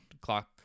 clock